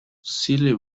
silly